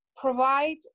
provide